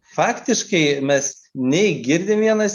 faktiškai mes nei girdim vienas